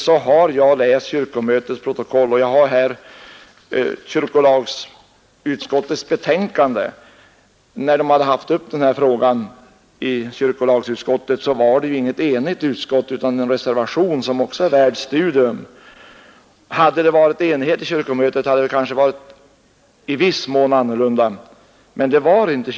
Jag har läst kyrkomötets protokoll, och jag har här kyrkolagsutskottets betänkande. Kyrkolagsutskottet var inte enigt vid behandlingen av denna fråga, utan det föreligger en reservation som också är värd studium. Hade det varit enighet i kyrkomötet, hade det kanske varit i viss män annorlunda. Men kyrkomötet var inte enigt.